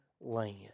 land